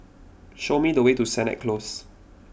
show me the way to Sennett Close